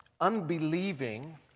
unbelieving